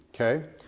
okay